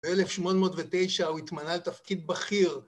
ב-1809 הוא התמנה לתפקיד בכיר.